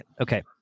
Okay